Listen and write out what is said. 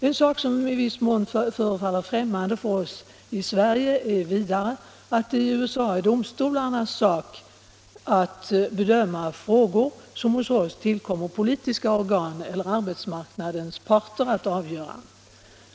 En sak som i viss mån förefaller fftämmande för oss i Sverige är vidare att det i USA är domstolarnas sak att bedöma frågor som hos oss tillkommer politiska organ eller arbetsmarknadens parter att avgöra.